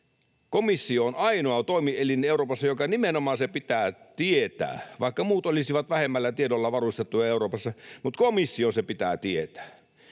Komissio on ainoa toimielin Euroopassa, jonka nimenomaan se pitää tietää. Vaikka muut olisivat vähemmällä tiedoilla varustettuja Euroopassa, niin komission se pitää tietää.